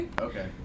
Okay